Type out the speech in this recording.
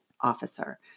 officer